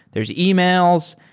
there's emails.